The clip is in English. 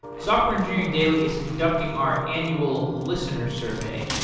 software engineering daily is conducting our annual listeners' survey,